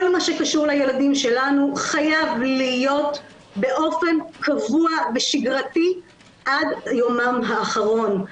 כל מה שקשור לילדים שלנו חייב להיות באופן קבוע ושגרתי עד יומם האחרון.